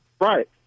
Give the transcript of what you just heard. Right